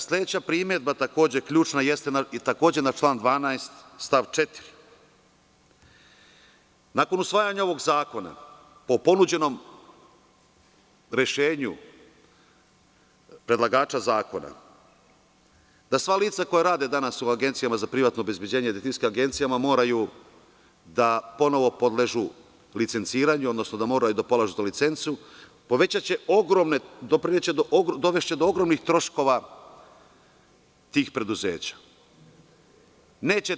Sledeća primedba, takođe ključna, jeste isto na član 12. stav 4. Nakon usvajanja ovog zakona po ponuđenom rešenju predlagača zakona da sva lica koja rade danas u agencijama za privatno obezbeđenje, u detektivskim agencijama, moraju da ponovo podležu licenciranju, odnosno da moraj da polažu tu licencu, povećaće ogromne, dovešće do ogromnih troškova tih preduzeća.